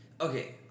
Okay